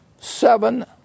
Seven